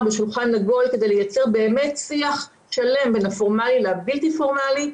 בשולחן עגול כדי לייצר באמת שיח שלם בין הפורמלי לבלתי פורמלי.